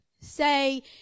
say